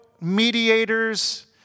mediators